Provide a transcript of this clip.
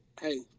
hey